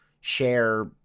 share